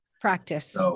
Practice